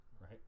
right